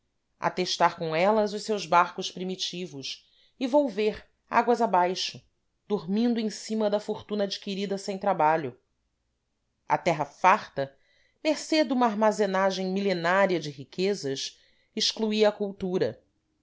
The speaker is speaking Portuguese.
atestar com elas os seus barcos primitivos e volver águas abaixo dormindo em cima da fortuna adquirida sem trabalho a terra farta mercê duma armazenagem milenária de riquezas excluía a cultura